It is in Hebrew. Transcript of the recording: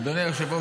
אדוני היושב-ראש,